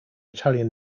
italian